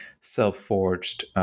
self-forged